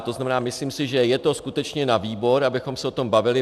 To znamená, myslím si, že je to skutečně na výbor, abychom se o tom bavili.